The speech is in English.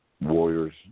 warriors